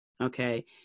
Okay